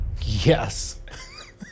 yes